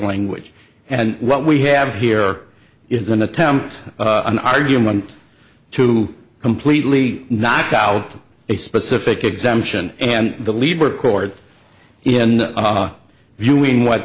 language and what we have here is an attempt an argument to completely knock out a specific exemption and the lead record in the view